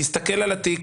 להסתכל על התיק,